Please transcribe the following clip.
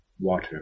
water